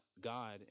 God